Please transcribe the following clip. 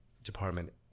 department